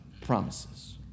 promises